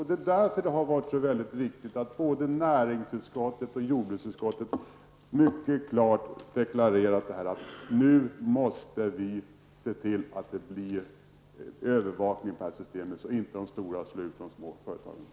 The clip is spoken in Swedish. Det är därför som det har varit så viktigt att både näringsutskottet och jordbruksutskottet mycket klart deklarerat att vi nu måste se till att det blir övervakning när det gäller de här systemen, så att inte de stora företagen slår ut de små.